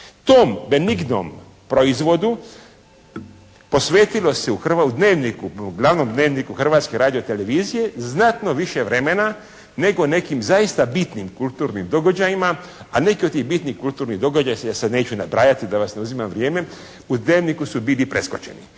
Tom benignom proizvodu posvetilo se u prvom "Dnevniku", u glavnom "Dnevniku" Hrvatske radiotelevizije znatno više vremena nego nekim zaista bitnim kulturnim događajima, a neki od tih bitnih kulturnih događaja sada ih neću nabrajati da vam ne uzimam vrijeme, u "Dnevniku" su bili preskočeni.